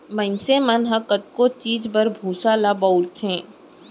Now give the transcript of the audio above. मनसे मन कतको चीज बर भूसा ल बउरथे